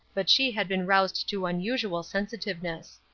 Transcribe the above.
but she had been roused to unusual sensitiveness.